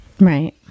Right